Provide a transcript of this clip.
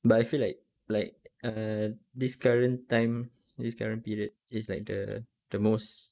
but I feel like like err this current time this current period is like the the most